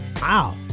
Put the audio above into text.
Wow